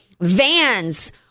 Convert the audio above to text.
vans